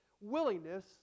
willingness